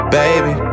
baby